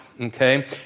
okay